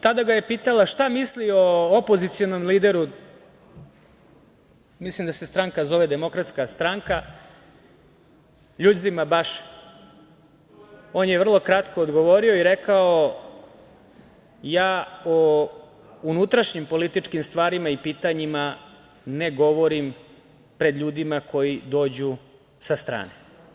Tada ga je pitala šta misli o opozicionom lideru, mislim da se stranka zove Demokratska stranka Ljuzima Baše, on je vrlo kratko odgovorio i rekao – ja o unutrašnjim političkim stvarima i pitanjima ne govorim pred ljudima koji dođu sa strane.